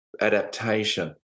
adaptation